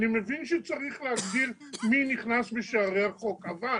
אני מבין שצריך להגדיר מי נכנס בשערי החוק, אבל